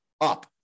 up